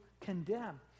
condemn